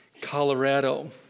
Colorado